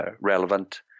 relevant